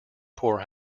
poor